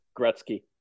Gretzky